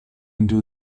into